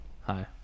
hi